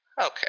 Okay